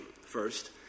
First